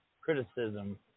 criticism